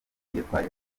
yatwaye